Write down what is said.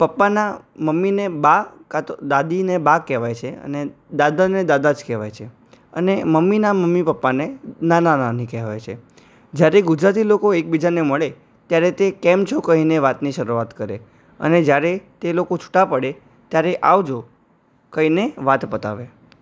પપ્પાના મમ્મીને બા કાં તો દાદી ને બા કહેવાય છે અને દાદાને દાદા જ કહેવાય છે અને મમ્મીના મમ્મી પપ્પાને નાના નાની કહેવાય છે જ્યારે ગુજરાતી લોકો એકબીજા ને મળે ત્યારે તે કેમ છો કહીને વાતની શરુઆત કરે અને જ્યારે તે લોકો છૂટા પડે ત્યારે આવજો કહીને વાત પતાવે